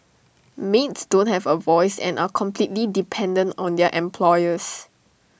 maids don't have A voice and are completely dependent on their employers